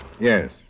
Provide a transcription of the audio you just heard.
Yes